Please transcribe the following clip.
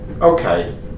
Okay